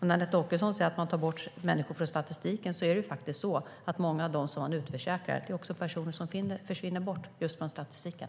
Anette Åkesson säger att man tar bort människor från statistiken. Men många av dem som utförsäkras är personer som försvinner bort just från statistiken.